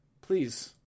Please